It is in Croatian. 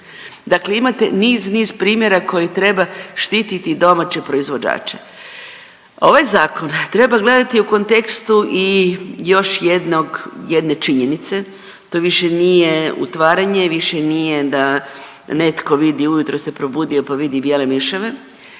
dakle imate niz, niz primjera koji treba štititi domaće proizvođače. Ovaj Zakon treba gledati u kontekstu još jednog, jedne činjenice, to više nije utvaranje i više nije da netko vidi, ujutro se probudio pa vidi bijele miševe,